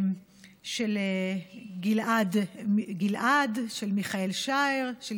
של גיל-עד מיכאל שער, של